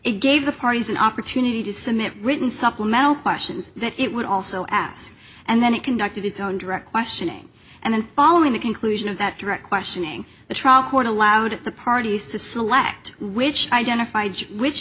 it gave the parties an opportunity to submit written supplemental questions that it would also ass and then it conducted its own direct questioning and then following the conclusion of that direct questioning the trial court allowed the parties to select which identified which